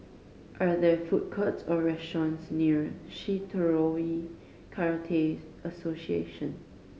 are there food courts or restaurants near Shitoryu Karate Association